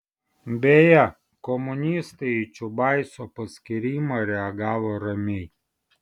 beje komunistai į čiubaiso paskyrimą reagavo ramiai